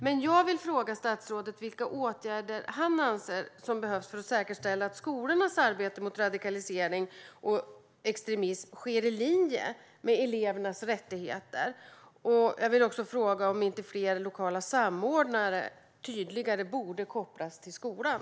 Men jag vill fråga statsrådet vilka åtgärder han anser behövs för att säkerställa att skolornas arbete mot radikalisering och extremism sker i linje med elevernas rättigheter. Jag vill också fråga om inte fler lokala samordnare tydligare borde kopplas till skolan.